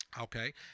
Okay